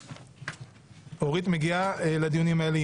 אורית מגיעה לדיונים האלה.